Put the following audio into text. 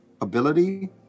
ability